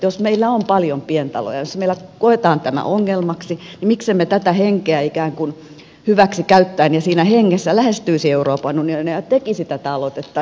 jos meillä on paljon pientaloja joissa meillä koetaan tämä ongelmaksi niin miksemme tätä henkeä ikään kuin hyväksi käyttäen ja siinä hengessä lähestyisi euroopan unionia ja tekisi tätä aloitetta